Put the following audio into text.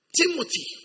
Timothy